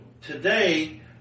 today